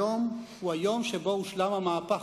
היום, הוא היום שבו הושלם המהפך.